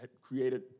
created